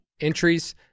entries